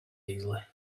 easily